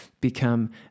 become